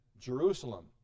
Jerusalem